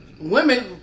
women